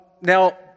Now